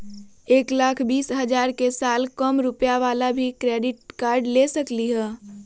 एक लाख बीस हजार के साल कम रुपयावाला भी क्रेडिट कार्ड ले सकली ह?